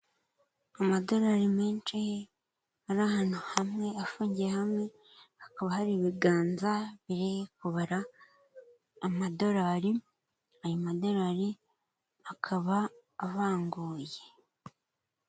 Amadolari menshi ar’ahantu hamwe, afungiye hamwe hakaba har’ibiganza biri kubara amadolari, ayo madolari akaba avanguye.